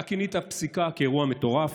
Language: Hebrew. אתה כינית פסיקה "אירוע מטורף"